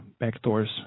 backdoors